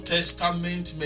Testament